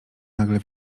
nagle